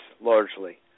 largely